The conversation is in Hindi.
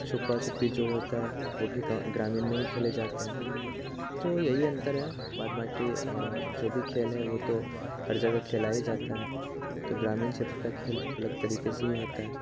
छुपा छुपी जो होता है वो भी ग्रामीण नहीं खेले जाते हैं तो यही अंतर है बाद बाकी जो भी खेल है तो हर जगह खेला ही जाता है तो ग्रामीण क्षेत्र का खेल अलग तरीके से ही होता है